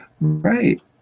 Right